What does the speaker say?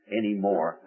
anymore